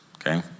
Okay